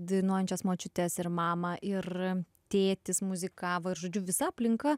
dainuojančias močiutes ir mamą ir tėtis muzikavo ir žodžiu visa aplinka